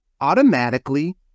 automatically